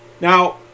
Now